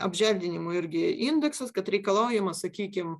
apželdinimo irgi indeksas kad reikalaujama sakykim